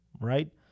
Right